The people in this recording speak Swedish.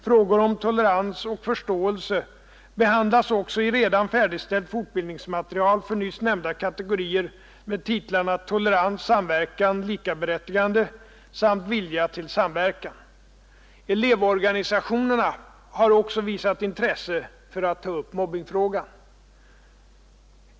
Frågor om tolerans och förståelse behandlas också i redan färdigställt fortbildningsmaterial för nyss nämnda kategorier med titlarna Tolerans — samverkan — likaberättigande samt Vilja till samverkan. Elevorganisationerna har också visat intresse för att ta upp mobbningsfrågan.